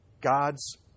God's